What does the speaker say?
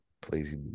please